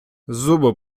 зуби